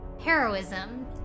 Heroism